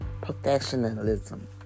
professionalism